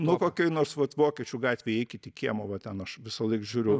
nu kokioj nors vat vokiečių gatvėj įeikit į kiemą va ten aš visąlaik žiūriu